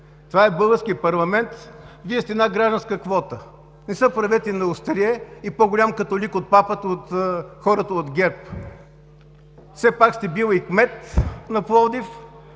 това е българският парламент – Вие сте от една гражданска квота, не се правете на острие и по-голям католик от папата, от хората от ГЕРБ. Все пак сте били и кмет на Пловдив,